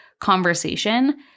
conversation